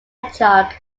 hedgehog